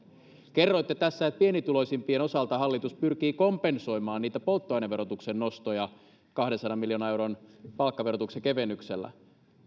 kerroitte tässä että pienituloisimpien osalta hallitus pyrkii kompensoimaan niitä polttoaineverotuksen nostoja kahdensadan miljoonan euron palkkaverotuksen kevennyksellä